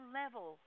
level